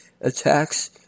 attacks